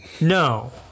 No